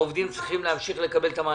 העובדים צריכים להמשיך לקבל את המענק,